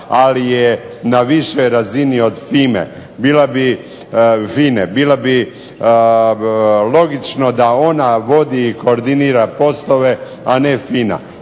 ali je na višoj razini od FINA-e. Bilo bi logično da ona vodi i koordinira poslove, a ne FINA.